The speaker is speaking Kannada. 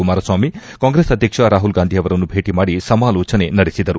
ಕುಮಾರಸ್ವಾಮಿ ಕಾಂಗ್ರೆಸ್ ಅಧ್ಯಕ್ಷ ರಾಹುಲ್ ಗಾಂಧಿ ಅವರನ್ನು ಭೇಟ ಮಾಡಿ ಸಮಾಲೋಚನೆ ನಡೆಸಿದರು